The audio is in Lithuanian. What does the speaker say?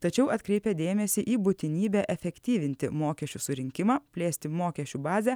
tačiau atkreipia dėmesį į būtinybę efektyvinti mokesčių surinkimą plėsti mokesčių bazę